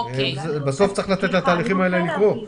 בסוף צריך לתת לתהליכים האלה לקרות.